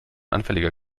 anfälliger